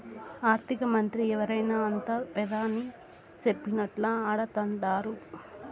ఆర్థికమంత్రి ఎవరైనా అంతా పెదాని సెప్పినట్లా ఆడతండారు